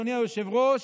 אדוני היושב-ראש,